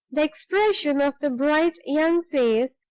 the expression of the bright young face,